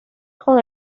con